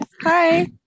Hi